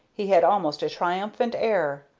he had almost a triumphant air,